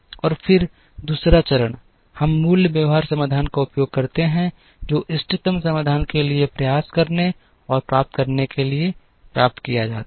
और फिर दूसरा चरण हम मूल व्यवहार्य समाधान का उपयोग करते हैं जो कि इष्टतम समाधान के लिए प्रयास करने और प्राप्त करने के लिए प्राप्त किया जाता है